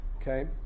okay